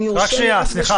אם יורשה לי שנייה לומר.